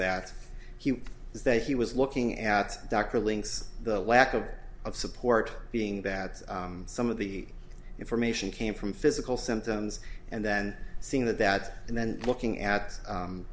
that he is that he was looking at dr links the lack of support being that some of the information came from physical symptoms and then seeing that that and then looking at